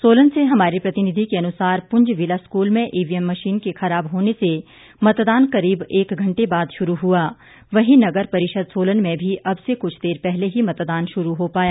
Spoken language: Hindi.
सोलन से हमारे प्रतिनिधी के अनुसार पूंज बिला स्कूल में ईवीएम मशीन के खराब होने से मतदान करीब एक घंटे बाद शुरू हुआ वहीं नगर परिषद सोलन में भी अब से कुछ देर पहले ही मतदान शुरू हो पाया